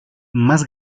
más